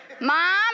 Mom